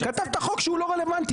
אתם מנסים להביא פה דיקטטורה,